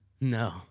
No